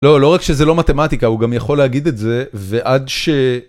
לא, לא רק שזה לא מתמטיקה, הוא גם יכול להגיד את זה, ועד ש...